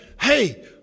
Hey